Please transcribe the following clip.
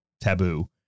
taboo